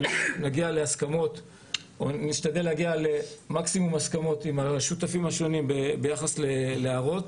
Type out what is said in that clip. נגיע להסכמות עם השותפים השונים ביחס להערות.